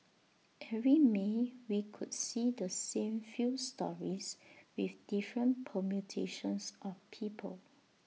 every may we could see the same few stories with different permutations of people